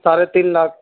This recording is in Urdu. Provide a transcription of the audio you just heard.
ساڑھے تین لاکھ